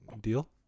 deal